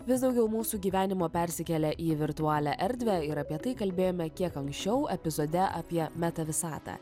vis daugiau mūsų gyvenimo persikelia į virtualią erdvę ir apie tai kalbėjome kiek anksčiau epizode apie metavisatą